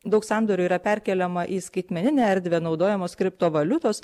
daug sandorių yra perkeliama į skaitmeninę erdvę naudojamos kriptovaliutos